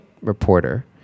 reporter